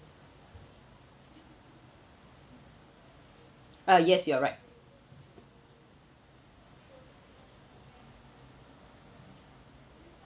uh yes you are right